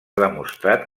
demostrat